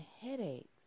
headaches